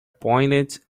pointed